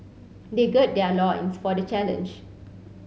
they gird their loins for the challenge